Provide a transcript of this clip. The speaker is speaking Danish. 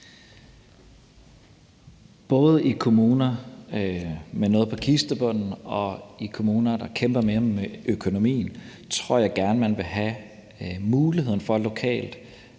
Både i kommuner med noget på kistebunden og i kommuner, der kæmper mere med økonomien, tror jeg gerne man vil have muligheden for lokalt